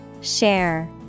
Share